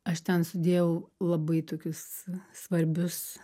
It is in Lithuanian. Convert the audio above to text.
aš ten sudėjau labai tokius svarbius